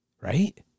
right